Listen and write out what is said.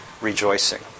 rejoicing